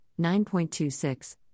9.26